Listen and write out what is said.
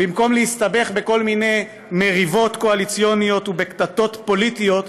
במקום להסתבך בכל מיני מריבות קואליציוניות ובקטטות פוליטיות,